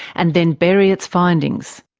and then bury its findings?